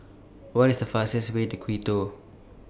What IS The fastest Way to Quito